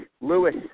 Lewis